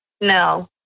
No